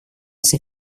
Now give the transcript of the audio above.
ser